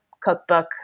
cookbook